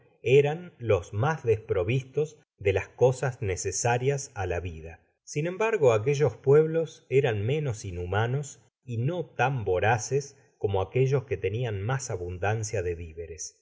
eran los mas desprovistos de las cosas necesarias á ja vida sin embargo aquellos pueblos eran menos inhumanos y no tan voraces co ao aquellos que'tenian mas abundancia de viveres